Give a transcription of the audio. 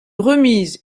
remise